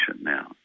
now